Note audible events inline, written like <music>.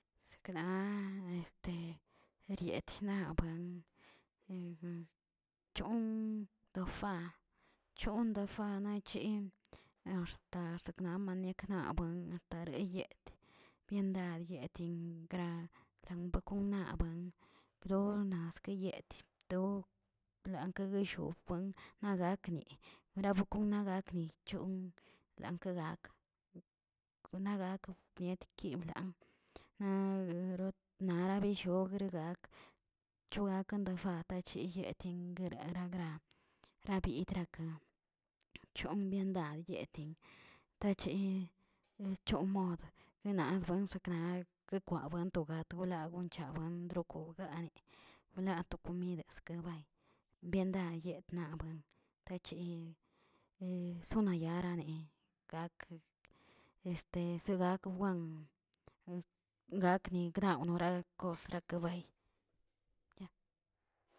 Sekna este erietinabuen niga choon to fa cho to fa na chen axta nan maniak mabuə natareyeꞌt, byendad yetin gra bokon bonab bdonaski yeti bdo blankegueshobwen naꞌ gakni rabakun na gak' rchon lanke gak, kon na gak niet kib <unintelligible> narabillogꞌ rgak chogakan defak yeyetin guereragraꞌa, grabidraka chon byendad yetin tachen chon mod yinaz buen sakna guekwawen to gat wola goncha wen goꞌogane, bla to komida skabay, byendadye nabuen tachiyi <hesitation> sonayarane gak este segak buen gakni graw nora kosrakabay.